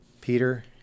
Peter